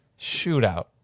shootout